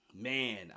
Man